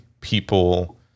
people